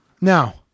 Now